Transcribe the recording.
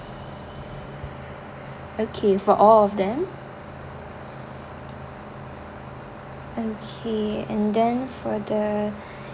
okay for all of them okay and then for the